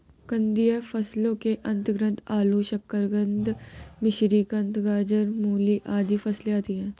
कंदीय फसलों के अंतर्गत आलू, शकरकंद, मिश्रीकंद, गाजर, मूली आदि फसलें आती हैं